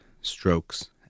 strokes